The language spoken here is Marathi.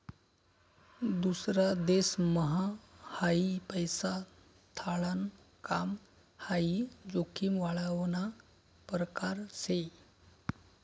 दूसरा देशम्हाई पैसा धाडाण काम हाई जोखीम वाढावना परकार शे